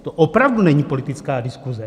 To opravdu není politická diskuze.